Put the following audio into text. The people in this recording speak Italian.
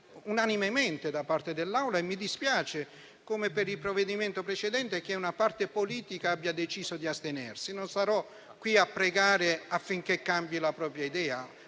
unanime da parte dell'Assemblea. Mi dispiace che, come per il provvedimento precedente, una parte politica abbia deciso di astenersi. Non sarò qui a pregarla di cambiare la propria idea,